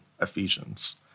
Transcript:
Ephesians